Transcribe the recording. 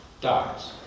dies